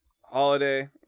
holiday